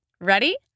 Ready